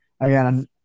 Again